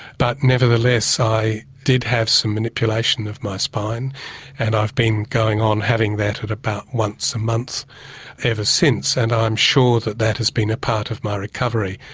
but nevertheless i did have some manipulation of my spine and i've been going on having that at about once a month ever since. and i am sure that that has been a part of my recovery.